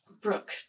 Brooke